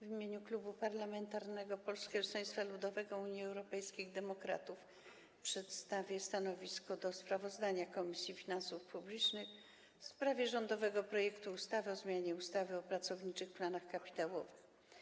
W imieniu Klubu Poselskiego Polskiego Stronnictwa Ludowego - Unii Europejskich Demokratów przedstawię stanowisko wobec sprawozdania Komisji Finansów Publicznych w sprawie rządowego projektu ustawy o zmianie ustawy o pracowniczych planach kapitałowych.